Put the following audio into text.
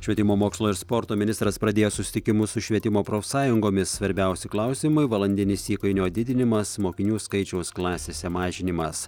švietimo mokslo ir sporto ministras pradėjo susitikimus su švietimo profsąjungomis svarbiausi klausimai valandinis įkainio didinimas mokinių skaičiaus klasėse mažinimas